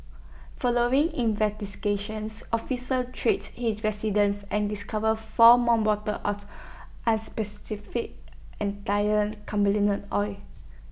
following investigations officers treat his residence and discovered four more bottles out as cannabis oil